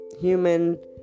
human